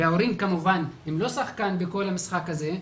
וההורים כמובן הם לא שחקן בכל המשחק הזה.